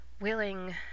willing